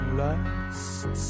last